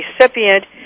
recipient